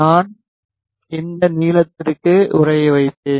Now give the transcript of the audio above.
நான் இந்த நீளத்திற்கு உறைய வைப்பேன்